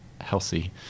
healthy